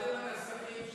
קודם הנסחים,